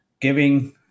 giving